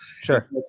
Sure